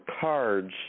cards